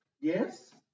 Yes